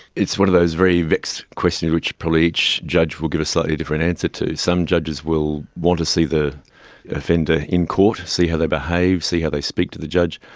it's one of those very vexed questions which probably each judge will give a slightly different answer to. some judges will want to see the offender in court, see how they behave, see how they speak to the judge,